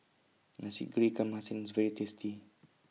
Nasi Goreng Ikan Masin IS very tasty